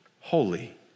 holy